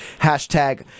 hashtag